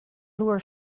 lure